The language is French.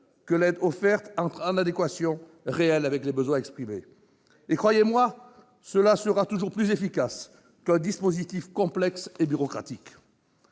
que l'aide offerte soit en adéquation réelle avec les besoins exprimés. Croyez-moi, cela sera toujours plus efficace qu'un dispositif complexe et bureaucratique